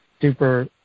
super